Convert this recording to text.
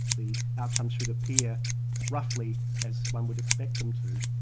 the outcome should appear roughly as one would expect them to,